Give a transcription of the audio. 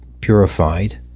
purified